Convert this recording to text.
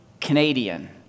Canadian